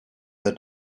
the